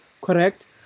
correct